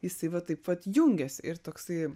jisai va taip vat jungiasi ir toksai